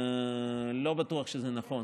לא בטוח שזה נכון.